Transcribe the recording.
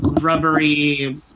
rubbery